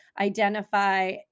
identify